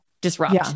disrupt